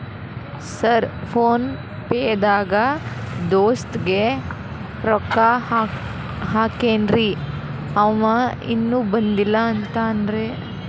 Sir PhonePe ದಾಗ ದೋಸ್ತ್ ಗೆ ರೊಕ್ಕಾ ಹಾಕೇನ್ರಿ ಅಂವ ಇನ್ನು ಬಂದಿಲ್ಲಾ ಅಂತಾನ್ರೇ?